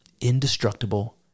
indestructible